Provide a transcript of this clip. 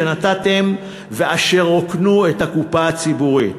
שנתתם ואשר רוקנו את הקופה הציבורית,